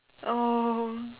oh